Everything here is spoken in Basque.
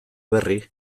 berri